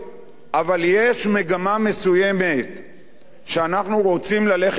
אבל יש מגמה מסוימת שאנחנו רוצים ללכת אתה.